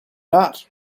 not